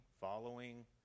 following